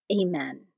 Amen